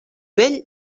vell